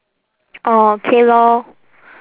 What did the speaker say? orh okay lor